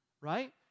right